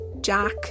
Jack